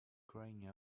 crying